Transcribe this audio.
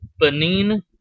Benin